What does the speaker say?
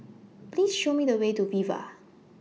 Please Show Me The Way to Viva